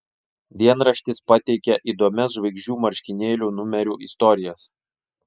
dienraštis pateikia įdomias žvaigždžių marškinėlių numerių istorijas